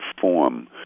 form